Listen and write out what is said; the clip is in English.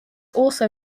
also